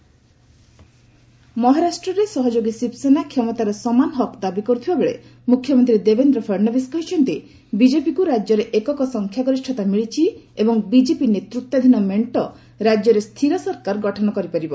ମହା ଗଭ୍ ମହାରାଷ୍ଟ୍ରରେ ସହଯୋଗୀ ଶିବସେନା କ୍ଷମତାର ସମାନ ହକ୍ ଦାବି କରୁଥିବା ବେଳେ ମୁଖ୍ୟମନ୍ତ୍ରୀ ଦେବେନ୍ଦ୍ର ଫଡନଭିସ୍ କହିଛନ୍ତି ବିଜେପିକୁ ରାଜ୍ୟରେ ଏକକ ସଂଖ୍ୟାଗରିଷତା ମିଳିଛି ଏବଂ ବିଜେପି ନେତୃତ୍ୱାଧୀନ ମେଣ୍ଟ ରାଜ୍ୟରେ ସ୍ଥିର ସରକାର ଗଠନ କରିପାରିବ